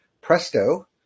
Presto